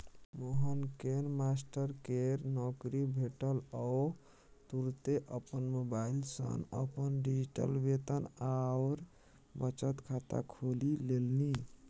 मोहनकेँ मास्टरकेर नौकरी भेटल ओ तुरते अपन मोबाइल सँ अपन डिजिटल वेतन आओर बचत खाता खोलि लेलनि